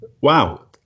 Wow